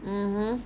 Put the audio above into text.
mmhmm